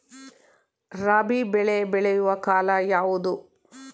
ರಾಬಿ ಬೆಳೆ ಬೆಳೆಯುವ ಕಾಲ ಯಾವುದು?